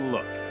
Look